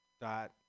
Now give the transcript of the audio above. dot